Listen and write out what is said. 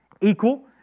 equal